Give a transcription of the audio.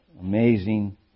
amazing